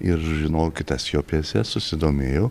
ir žinokit tas jo pjėse susidomėjo